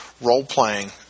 role-playing